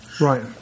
Right